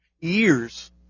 years